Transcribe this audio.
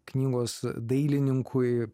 knygos dailininkui